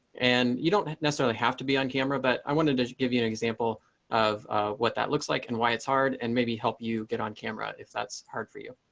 and you don't necessarily have to be on camera. but i wanted to give you an example of what that looks like and why it's hard and maybe help you get on camera if that's hard for you.